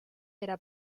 era